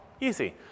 Easy